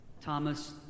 Thomas